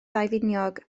daufiniog